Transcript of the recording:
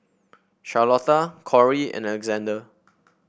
Charlotta Corey and Alexander